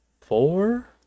four